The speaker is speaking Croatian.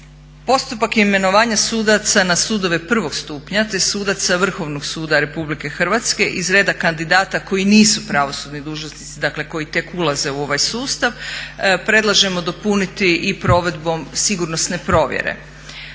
Postupak imenovanja sudaca na sudove prvog stupnja te sudaca Vrhovnog suda RH iz reda kandidata koji nisu pravosudni dužnosnici dakle koji tek ulaze u ovaj sustav predlažemo dopuniti i provedbom sigurnosne provjere.